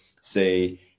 say